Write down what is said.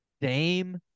dame